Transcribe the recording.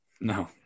No